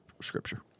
scripture